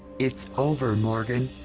it's over, morgan.